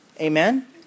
Amen